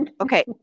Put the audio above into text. Okay